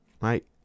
right